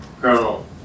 Colonel